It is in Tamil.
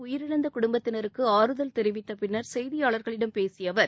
உயிரிழந்த குடும்பத்தினருக்கு ஆறுதல் தெரிவித்த பின்னர் செய்தியாளர்களிடம் பேசிய அவர்